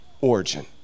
origin